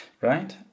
Right